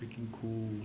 freaking cool